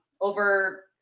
over